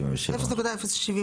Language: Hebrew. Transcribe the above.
מס ערך